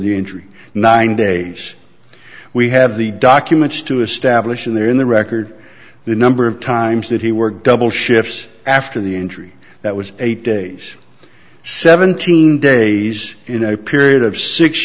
the injury nine days we have the documents to establish in there in the record the number of times that he worked double shifts after the injury that was eight days seventeen days in a period of six